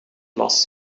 glas